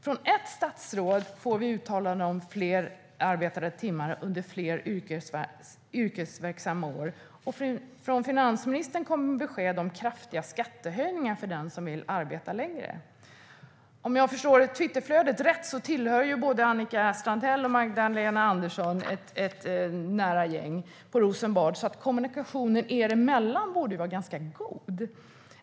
Från ett statsråd får vi uttalanden om fler arbetade timmar under fler yrkesverksamma år, och från finansministern kommer besked om kraftiga skattehöjningar för den som vill arbeta längre. Om jag förstått Twitterflödet rätt tillhör både Annika Strandhäll och Magdalena Andersson ett nära gäng på Rosenbad, så kommunikationen dem emellan borde vara god.